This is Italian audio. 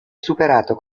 superato